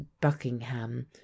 buckingham